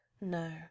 No